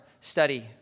study